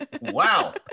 Wow